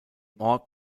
ort